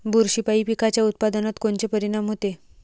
बुरशीपायी पिकाच्या उत्पादनात कोनचे परीनाम होते?